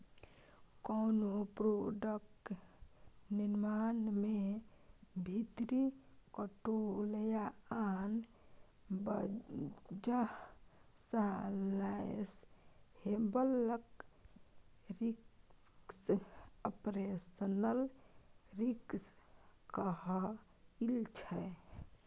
कोनो प्रोडक्ट निर्माण मे भीतरी कंट्रोल या आन बजह सँ लौस हेबाक रिस्क आपरेशनल रिस्क कहाइ छै